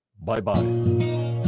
bye-bye